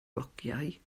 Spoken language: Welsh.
flociau